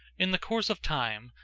in the course of time,